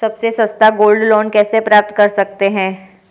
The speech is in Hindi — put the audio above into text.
सबसे सस्ता गोल्ड लोंन कैसे प्राप्त कर सकते हैं?